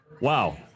wow